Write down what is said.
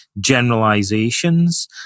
generalizations